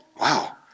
Wow